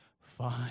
fine